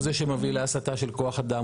הוא זה שמביא להסטה של כוח אדם,